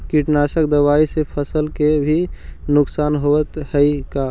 कीटनाशक दबाइ से फसल के भी नुकसान होब हई का?